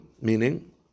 meaning